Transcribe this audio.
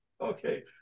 Okay